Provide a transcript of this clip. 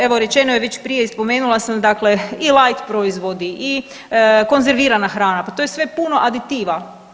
Evo, rečeno je već prije, spomenula sam, dakle i light proizvodi i konzervirana hrana, pa to je sve puno aditiva.